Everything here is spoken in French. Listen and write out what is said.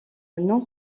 non